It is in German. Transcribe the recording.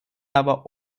aber